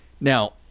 Now